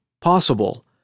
Possible